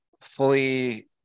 fully